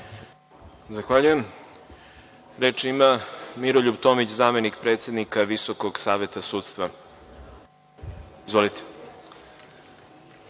sa radom. Reč ima Miroljub Tomić, zamenik predsednika Visokog saveta sudstva. Izvolite.